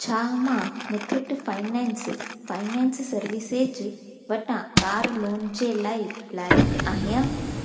छा मां Muthoot finance finance services वटां कार लोन जे लाइ लाइक़ु आहियां